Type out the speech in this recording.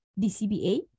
DCBA